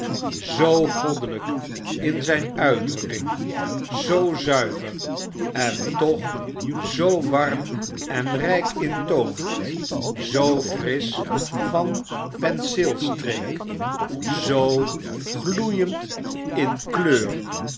zoo goddelyk in zyn uitdrukking zoo zuiver en toch zoo warm en ryk in toon zoo frisch van penseeistreek zoo gloeioveedkukken end in kleur